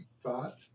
thought